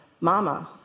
Mama